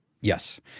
Yes